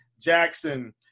Jackson